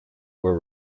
were